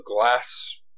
glass